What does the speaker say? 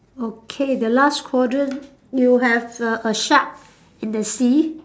okay the last quadrant you have a a shark in the sea